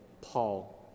Paul